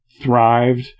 thrived